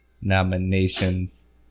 nominations